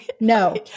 No